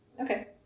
Okay